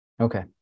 Okay